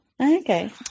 okay